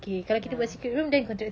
ya